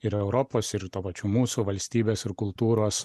ir europos ir tuo pačiu mūsų valstybės ir kultūros